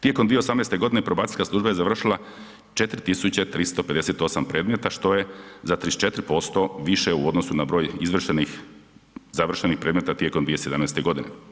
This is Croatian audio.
Tijekom 2018. probacijska služba je završila 4358 predmeta što je za 34% više u odnosu na broj izvršenih, završenih predmeta tijekom 2017. godine.